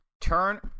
turn